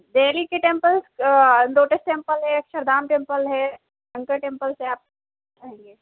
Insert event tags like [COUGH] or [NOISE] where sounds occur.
دہلی کے temples lotus temple ہے Akshardham temple ہے [UNINTELLIGIBLE] ٹیمپلس ہے آپ [UNINTELLIGIBLE]